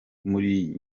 muri